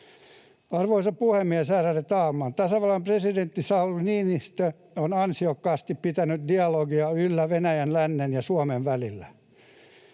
Arvoisa puhemies, ärade talman! Tasavallan presidentti Sauli Niinistö on ansiokkaasti pitänyt dialogia yllä Venäjän, lännen ja Suomen välillä.